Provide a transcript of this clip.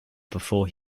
before